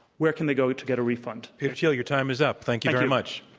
where can they go to get a refund? peter thiel, your time is up. thank you very much.